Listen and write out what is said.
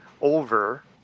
over